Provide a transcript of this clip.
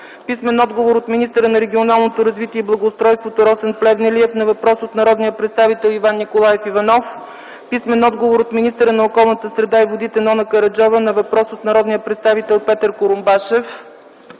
писмен отговор от министъра на регионалното развитие и благоустройството Росен Плевнелиев на въпрос от народния представител Иван Николаев Иванов; - писмен отговор от министъра на околната среда и водите Нона Караджова на въпрос от народния представител Петър Курумбашев;